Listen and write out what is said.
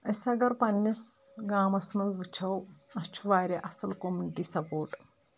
أسۍ اگر پنٕنِس گامَس منٛز وٕچھو اَسہِ چھُ واریاہ اَصٕل کومنٹی سَپوٹ